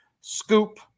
scoop